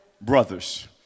brothers